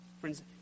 Friends